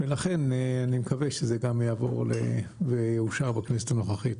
לכן, אני מקווה שזה יעבור ויאושר בכנסת הנוכחית.